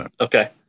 okay